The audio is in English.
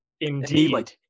Indeed